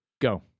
Go